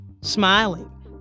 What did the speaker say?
Smiling